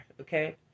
okay